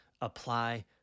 apply